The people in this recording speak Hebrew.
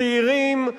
צעירים,